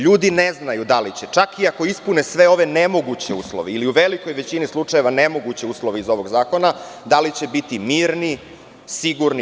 Ljudi ne znaju da li će, čak i ako ispune sve ove nemoguće uslove ili u velikoj većini slučajeva nemoguće uslove iz ovog zakona, da li će biti mirni, sigurni.